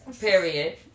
Period